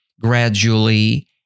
gradually